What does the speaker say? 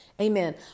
Amen